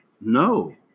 No